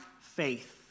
faith